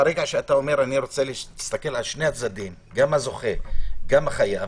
כשאתה אומר שאתה רוצה להסתכל - גם על הזוכה וגם על החייב,